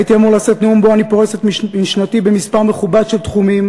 הייתי אמור לשאת נאום שבו אני פורס את משנתי במספר מכובד של תחומים,